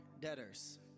debtors